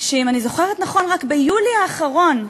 שאם אני זוכרת נכון רק ביולי האחרון,